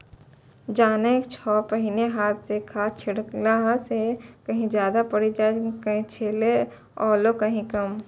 जानै छौ पहिने हाथों स खाद छिड़ला स कहीं ज्यादा पड़ी जाय छेलै आरो कहीं कम